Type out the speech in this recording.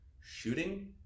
shooting